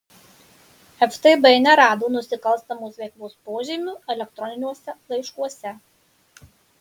ftb nerado nusikalstamos veikos požymių elektroniniuose laiškuose